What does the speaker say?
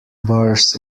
bars